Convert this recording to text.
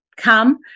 come